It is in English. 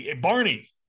Barney